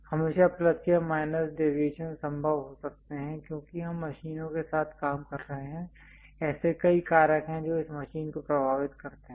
हमेशा प्लस या minus deviations संभव हो सकते हैं क्योंकि हम मशीनों के साथ काम कर रहे हैं ऐसे कई कारक हैं जो इस मशीन को प्रभावित करते हैं